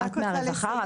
את מהרווחה?